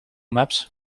maps